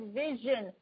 vision